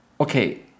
Okay